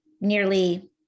nearly